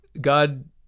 God